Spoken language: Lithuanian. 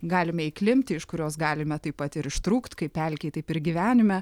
galime įklimpti iš kurios galime taip pat ir ištrūkt kaip pelkėj taip ir gyvenime